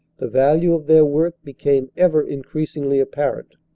the value of their work became ever increasingly apparent.